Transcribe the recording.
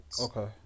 Okay